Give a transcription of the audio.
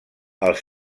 els